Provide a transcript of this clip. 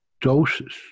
doses